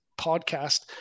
podcast